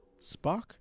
Spock